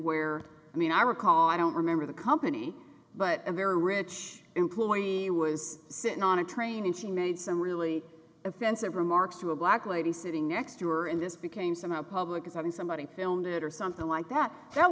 where i mean i recall i don't remember the company but a very rich employee was sitting on a train and she made some really offensive remarks to a black lady sitting next to her and this became somehow public as i think somebody filmed it or something like that